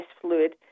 fluid